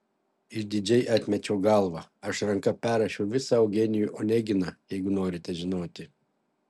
išdidžiai atmečiau galvą aš ranka perrašiau visą eugenijų oneginą jeigu norite žinoti